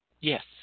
Yes